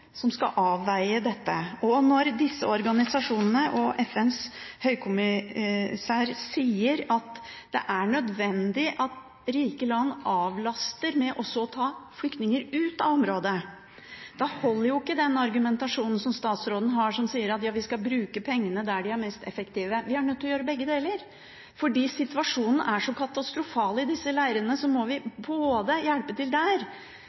som skal avveie dette. Når disse organisasjonene og FNs høykommissær sier at det er nødvendig at rike land avlaster med også å ta flyktninger ut av området, holder ikke den argumentasjonen som statsråden har om at vi skal bruke pengene der de er mest effektive. Vi er nødt til å gjøre begge deler. Fordi situasjonen er så katastrofal i disse leirene, må vi både hjelpe til der